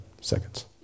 seconds